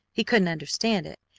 he couldn't understand it,